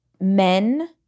men